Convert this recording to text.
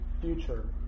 future